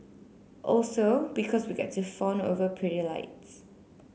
also because we get to fawn over pretty lights